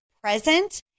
present